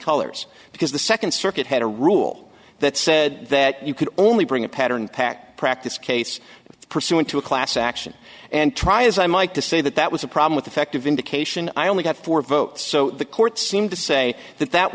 colors because the second circuit had a rule that said that you could only bring a pattern pack practice case pursuant to a class action and try as i might to say that that was a problem with effective indication i only got four votes so the court seemed to say that that